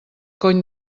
cony